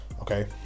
Okay